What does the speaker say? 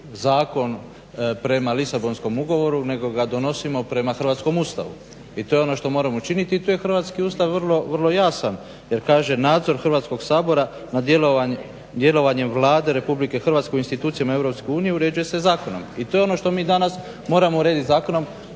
prema Lisabonskom ugovoru nego ga donosimo prema hrvatskom Ustavu. I to je ono što moramo učiniti i tu je hrvatski Ustav vrlo, vrlo jasan. Jer kaže, nadzor Hrvatskog sabora na djelovanjem Vlade Republike Hrvatske u institucijama Europske unije uređuje se zakonom. I to je ono što mi danas moramo urediti zakonom.